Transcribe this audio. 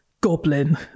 goblin